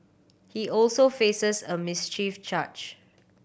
he also faces a mischief charge